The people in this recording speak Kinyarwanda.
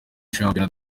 shampiyona